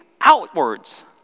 outwards